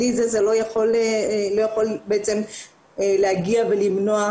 הזאת אאחל גם לכל מי שכן יוצא ומבלה לשמור על עצמו,